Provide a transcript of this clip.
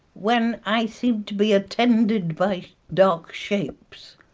when i seemed to be attended by dark shapes.